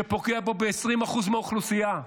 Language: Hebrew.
שפוגע פה ב-20% מהאוכלוסייה.